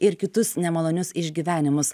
ir kitus nemalonius išgyvenimus